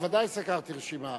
ודאי, סגרתי את הרשימה.